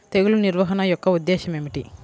తెగులు నిర్వహణ యొక్క ఉద్దేశం ఏమిటి?